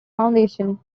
foundation